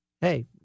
hey